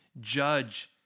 judge